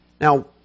Now